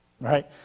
right